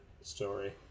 story